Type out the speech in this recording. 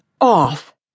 off